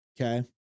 Okay